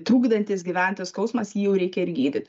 trukdantis gyventi skausmas jį jau reikia ir gydyt